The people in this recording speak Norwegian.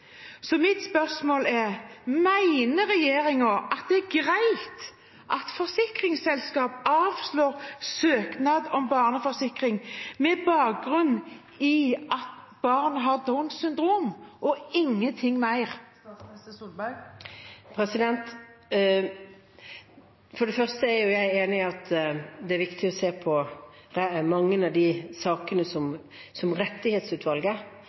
Mitt spørsmål er: Mener regjeringen det er greit at forsikringsselskap avslår søknader om barneforsikring med bakgrunn i at barnet har Downs syndrom, og ingen ting mer? For det første er jeg enig i at det er viktig å se på mange av de sakene som rettighetsutvalget